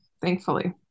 Thankfully